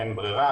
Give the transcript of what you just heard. אין ברירה.